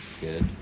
good